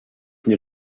nie